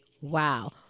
Wow